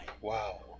Wow